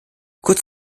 kurz